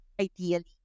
Ideally